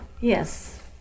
Yes